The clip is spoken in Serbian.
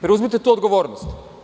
Preuzmite tu odgovornost.